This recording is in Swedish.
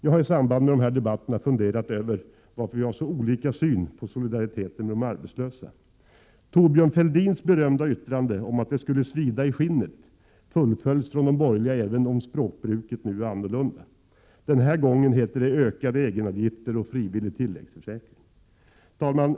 Jag har i samband med dessa debatter funderat över varför vi har så olika syn på solidariteten med de arbetslösa. Thorbjörn Fälldins berömda yttrande om att det skulle svida i skinnet, fullföljs från de borgerliga även om språkbruket nu är annorlunda: Den här gången heter det ökade egenavgifter och frivillig tilläggsförsäkring. Herr talman!